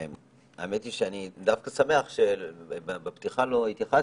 האמת היא שאני דווקא שמח שבפתיחה לא התייחסתי.